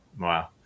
Wow